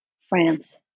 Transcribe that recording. france